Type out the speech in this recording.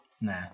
Nah